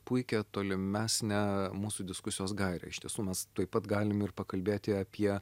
puikią tolimesnę mūsų diskusijos gairę iš tiesų mes taip pat galim ir pakalbėti apie